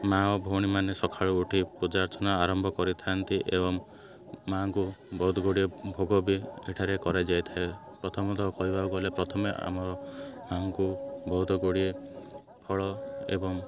ମାଆ ଓ ଭଉଣୀମାନେ ସକାଳୁ ଉଠି ପୂଜା ଅର୍ଚ୍ଚନା ଆରମ୍ଭ କରିଥାନ୍ତି ଏବଂ ମାଙ୍କୁ ବହୁତ ଗୁଡ଼ିଏ ଭୋଗ ବି ଏଠାରେ କରାଯାଇଥାଏ ପ୍ରଥମତଃ କହିବାକୁ ଗଲେ ପ୍ରଥମେ ଆମର ମାଆଙ୍କୁ ବହୁତ ଗୁଡ଼ିଏ ଫଳ ଏବଂ